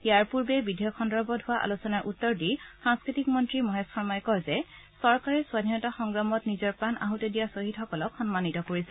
ইয়াৰ পূৰ্বে বিধেয়ক সন্দৰ্ভত হোৱা আলোচনাৰ উত্তৰ দি সাংস্কৃতিক মন্ত্ৰী মহেশ শৰ্মহি কয় যে চৰকাৰে স্বাধীনতা সংগ্ৰামত নিজৰ প্ৰাণ আছতি দিয়া খহীদসকলক সন্মানিত কৰিছে